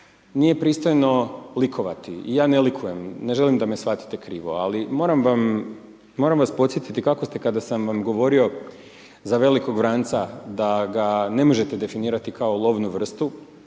nije pristojno likovati i ja ne likujem, ne želim da me shvatite krivo, ali moram vam, moram vas podsjetiti kako ste kada sam vam govorio za velikog vranca da ga ne možete definirati kao lovnu vrstu,